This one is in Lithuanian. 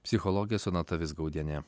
psichologė sonata vizgaudienė